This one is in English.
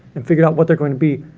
and figure out what they're going to be,